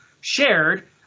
shared